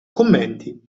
commenti